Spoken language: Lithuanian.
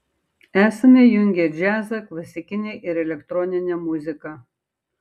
esame jungę džiazą klasikinę ir elektroninę muziką